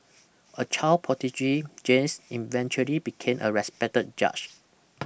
a child prodigy James eventually became a respected judge